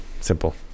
simple